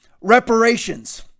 Reparations